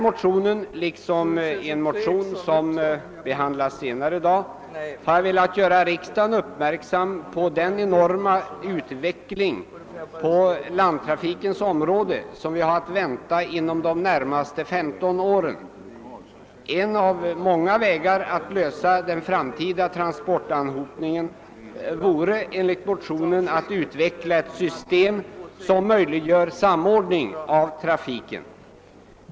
'motion som kommer att behandlas se nare i dag har jag velat göra riksdagen uppmärksam på den enorma utveckling på landtrafikens område som vi har att vänta inom de närmaste 15 åren. En av många vägar att lösa den framtida transportanhopningen vore, skriver jag i motionen, att utveckla ett system som möjliggör en samordning av trafiken.